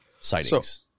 sightings